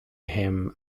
him